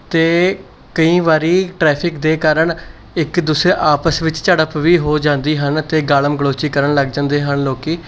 ਅਤੇ ਕਈ ਵਾਰੀ ਟ੍ਰੈਫਿਕ ਦੇ ਕਾਰਨ ਇੱਕ ਦੂਸਰੇ ਆਪਸ ਵਿੱਚ ਝੜਪ ਵੀ ਹੋ ਜਾਂਦੀ ਹਨ ਅਤੇ ਗਾਲਮ ਗਲੋਚੀ ਕਰਨ ਲੱਗ ਜਾਂਦੇ ਹਨ ਲੋਕ